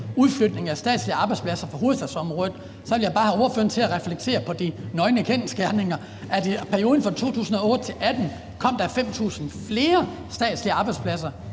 udflytning af statslige arbejdspladser fra hovedstadsområdet, vil jeg bare have ordføreren til at reflektere over de nøgne kendsgerninger, nemlig at der i perioden fra 2008 til 2018 kom 5.000 flere statslige arbejdspladser